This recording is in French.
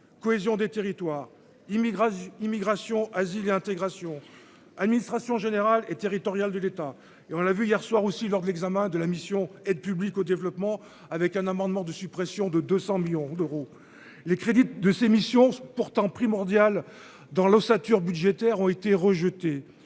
cohésion des territoires, immigration, Immigration, asile et intégration administration générale et territoriale de l'État et on l'a vu hier soir aussi lors de l'examen de la mission Aide publique au développement, avec un amendement de suppression de 200 millions d'euros les crédits de ses missions pourtant primordial dans l'ossature budgétaires ont été.